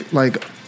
like-